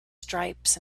stripes